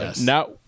now